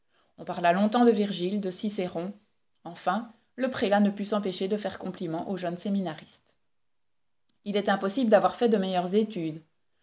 on parla longtemps de virgile de cicéron enfin le prélat ne put s'empêcher de faire compliment au jeune séminariste il est impossible d'avoir fait de meilleures études